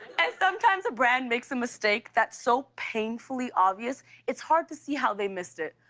and sometimes a brand makes a mistake that's so painfully obvious it's hard to see how they missed it.